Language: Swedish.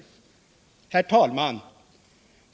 Herr talman!